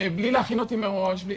בלי להכין אותי מראש.